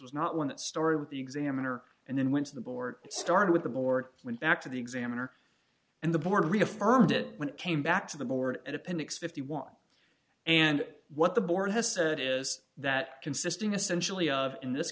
was not one that story with the examiner and then went to the board and started with the board went back to the examiner and the board reaffirmed it when it came back to the board at appendix fifty one and what the board has said is that consisting essential the of in this